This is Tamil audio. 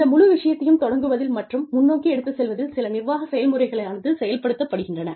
இந்த முழு விஷயத்தையும் தொடங்குவதில் மற்றும் முன்னோக்கி எடுத்துச் செல்வதில் சில நிர்வாக செயல்முறைகளானது செயல்படுத்தப்படுகின்றன